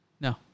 No